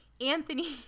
Anthony